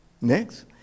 Next